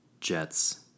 Jets